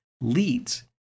leads